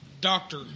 Doctor